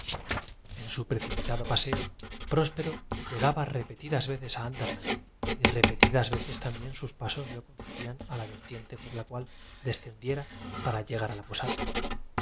en su precipitado paseó próspero lle gaba repetidas veces a andernach y repetidas veces también sus pasos lo conducían a la vertiente por la cual descendiera para llegar a la